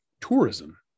tourism